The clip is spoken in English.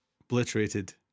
obliterated